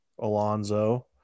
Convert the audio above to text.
Alonzo